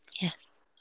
Yes